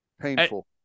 painful